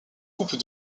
coupes